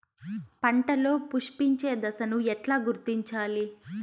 పంటలలో పుష్పించే దశను ఎట్లా గుర్తించాలి?